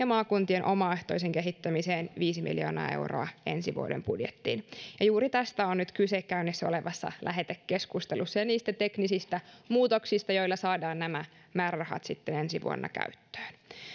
maakuntien omaehtoiseen kehittämiseen viisi miljoonaa euroa ensi vuoden budjettiin ja juuri tästä on nyt kyse käynnissä olevassa lähetekeskustelussa ja niistä teknisistä muutoksista joilla saadaan nämä määrärahat sitten ensi vuonna käyttöön